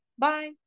Bye